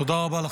תודה רבה לכם.